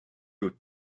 haute